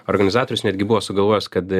organizatorius netgi buvo sugalvojęs kad